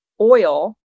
oil